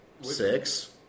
six